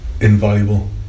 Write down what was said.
invaluable